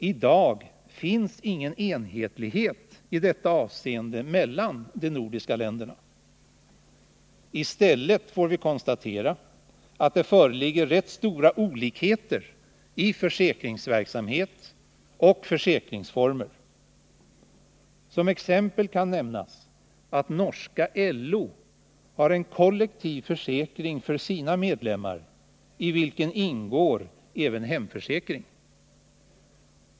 I dag finns ingen enhetlighet i detta avseende mellan Nr 56 de nordiska länderna. I stället kan vi konstatera att det föreligger rätt stora Tisdagen den olikheter när det gäller försäkringsverksamhet och försäkringsformer. Som 18 december 1979 exempel kan nämnas att den norska motsvarigheten till LO har en kollektiv försäkring för sina medlemmar, i vilken ingår även hemförsäkring.